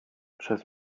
przez